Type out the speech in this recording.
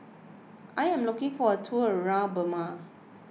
I am looking for a tour around Burma